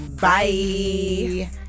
Bye